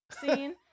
scene